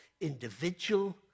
Individual